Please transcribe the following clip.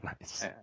Nice